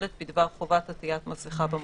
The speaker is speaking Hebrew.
שלט בדבר חובת עטיית מסכה במקום,